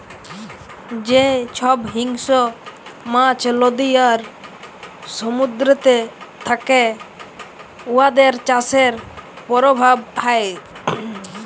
যে ছব হিংস্র মাছ লদী আর সমুদ্দুরেতে থ্যাকে উয়াদের চাষের পরভাব হ্যয়